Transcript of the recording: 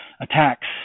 attacks